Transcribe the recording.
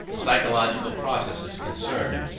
the physiological processes concerned,